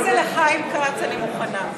אם זה לחיים כץ אני מוכנה.